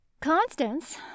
Constance